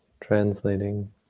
translating